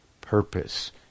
Purpose